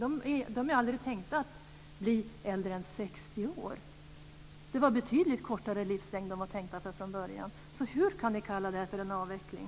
Aggregaten har aldrig varit tänkta att bli äldre än 60 år. Det var från början tänkt att de skulle ha en betydligt kortare livslängd. Hur kan ni kalla det för en avveckling?